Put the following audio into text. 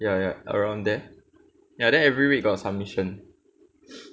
ya ya around there and then every week got submission